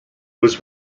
was